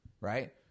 right